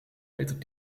meter